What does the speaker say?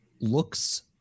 looks